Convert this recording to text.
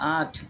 आठ